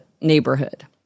neighborhood